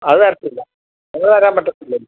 അത് തരത്തില്ല അത് തരാൻ പറ്റത്തില്ലല്ലോ